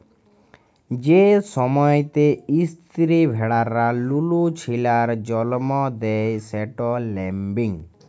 যে সময়তে ইস্তিরি ভেড়ারা লুলু ছিলার জল্ম দেয় সেট ল্যাম্বিং